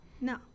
no